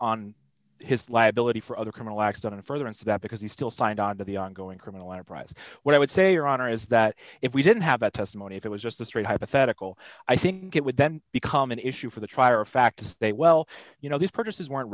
on his liability for other criminal acts done and further into that because he's still signed on to the ongoing criminal enterprise what i would say your honor is that if we didn't have a testimony if it was just a straight hypothetical i think it would then become an issue for the trier of fact they well you know these purchases weren't